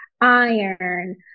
iron